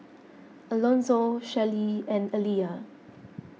Elonzo Shelly and Aliya